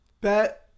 bet